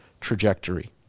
trajectory